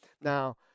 Now